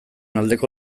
aldeko